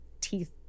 teeth